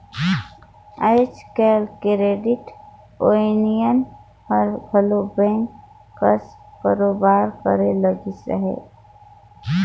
आएज काएल credit union हर घलो बेंक कस कारोबार करे लगिस अहे